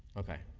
okay,